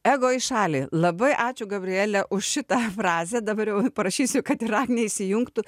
ego į šalį labai ačiū gabriele už šitą frazę dabar jau prašysiu kad ir agnė įsijungtų